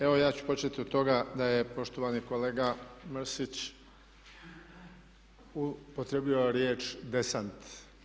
Evo ja ću početi od toga da je poštovani kolega Mrsić upotrijebio riječ desant.